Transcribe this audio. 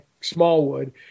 Smallwood